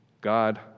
God